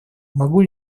могу